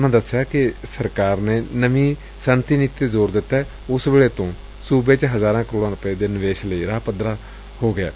ਉਨੂਾਂ ਦੱਸਿਆ ਕਿ ਜਦੋਂ ਤੋਂ ਸਰਕਾਰ ਨੇ ਨਵੀਂ ਸਨਅਤੀ ਨੀਤੀ ਤੇ ਜ਼ੋਰ ਦਿੱਤੈ ਉਸ ਵੇਲੇ ਤੋਂ ਸੂਬੇ ਵਿੱਚ ਹਜ਼ਾਰਾਂ ਕਰੋੜ ਰੁਪਏ ਦੇ ਨਿਵੇਸ਼ ਲਈ ਰਾਹ ਪੱਧਰਾ ਹੋਇਐ